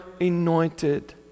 anointed